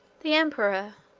the emperor,